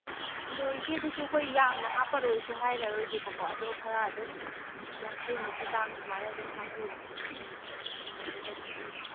ꯑꯗꯣ ꯏꯆꯦꯗꯨꯁꯨ ꯑꯩꯈꯣꯏ ꯌꯥꯝꯅ ꯍꯥꯞꯄꯔꯣꯏꯁꯨ ꯍꯥꯏꯔꯔꯣꯏꯒꯦꯕꯀꯣ ꯑꯗꯣ ꯈꯔ ꯑꯗꯨꯝ ꯌꯥꯡꯈꯩꯃꯨꯛꯀꯤ ꯆꯥꯡ ꯁꯨꯃꯥꯏꯅ ꯑꯗꯨꯝ ꯍꯥꯞꯄꯤꯔꯣꯕ ꯃꯃꯜꯗꯨꯗꯒꯤ